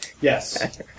Yes